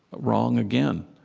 wrong again.